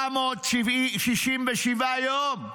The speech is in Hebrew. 467 יום.